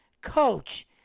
coach